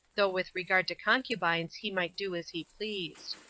though with regard to concubines he might do as he pleased.